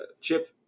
chip